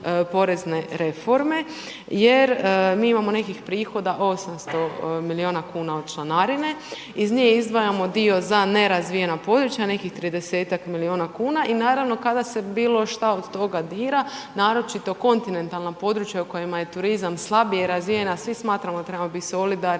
porezne reforme. Jer mi imamo nekih prihoda 800 milijuna kuna od članarine. Iz nje izdvajamo dio za nerazvijena područja nekih 30-tak milijuna kuna. I naravno kada se bilo što od toga dira naročito kontinentalna područja o kojima je turizam slabije razvijen, a svi smatramo da trebamo biti solidarni